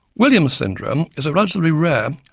williams syndrome is a relatively rare,